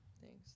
thanks